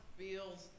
feels